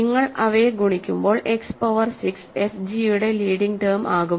നിങ്ങൾ അവയെ ഗുണിക്കുമ്പോൾ എക്സ് പവർ 6 എഫ് ജി യുടെ ലീഡിങ് ടെം ആകും